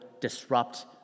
disrupt